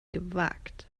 gewagt